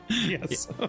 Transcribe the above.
Yes